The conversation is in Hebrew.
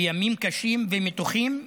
בימים קשים ומתוחים,